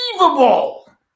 unbelievable